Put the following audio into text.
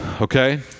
okay